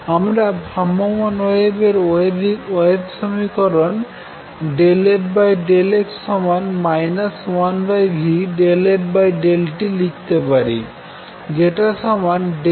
আমরা ভ্রাম্যমাণ ওয়েভের ওয়েভ সমীকরণ ∂f∂x 1v∂f∂t লিখতে পারি যেটা সমান ∂f∂x1v∂f∂t0